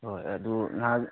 ꯍꯣꯏ ꯑꯗꯨ ꯉꯥꯏꯍꯥꯛ